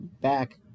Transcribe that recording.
back